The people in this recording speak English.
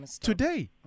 today